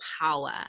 power